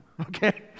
Okay